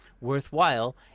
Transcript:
worthwhile